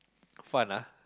fun ah